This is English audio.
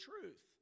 truth